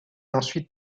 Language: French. ensuite